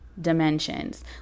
dimensions